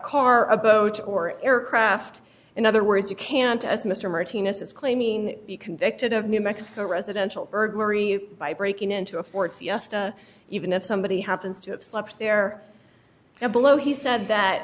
car a boat or aircraft in other words you can't as mr martinez is claiming be convicted of new mexico residential burglary by breaking into a ford fiesta even if somebody happens to have slept there and below he said that